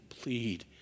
plead